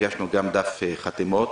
הגשנו גם דף חתימות.